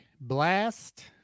Blast